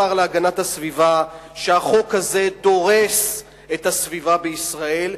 שהחוק הזה דורס את הסביבה בישראל.